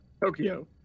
Tokyo